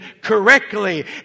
correctly